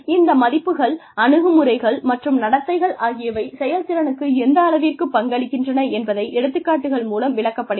இந்த மதிப்புகள் அணுகுமுறைகள் மற்றும் நடத்தைகள் ஆகியவை செயல்திறனுக்கு எந்தளவிற்குப் பங்களிக்கின்றன என்பதை எடுத்துக்காட்டுகள் மூலம் விளக்கப்படுகிறது